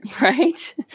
Right